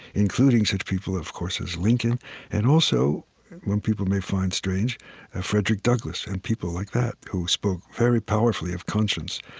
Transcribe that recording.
including such people, of course, as lincoln and also one people may find strange ah frederick douglass and people like that who spoke very powerfully of conscience.